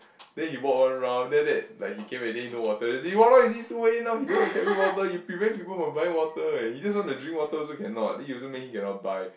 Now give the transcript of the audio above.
then he walk one round then after that like he came already then no water then he say he don't want carry water you prevent people from buying water eh he just want to drink water also cannot then you also make him cannot buy